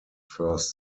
first